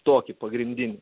tokį pagrindinį